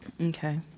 Okay